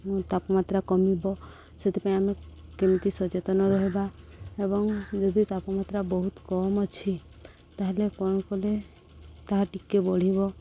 ମୁଁ ତାପମାତ୍ରା କମିବ ସେଥିପାଇଁ ଆମେ କେମିତି ସଚେତନ ରହିବା ଏବଂ ଯଦି ତାପମାତ୍ରା ବହୁତ କମ୍ ଅଛି ତା'ହେଲେ କ'ଣ କଲେ ତାହା ଟିକେ ବଢ଼ିବ